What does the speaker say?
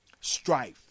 strife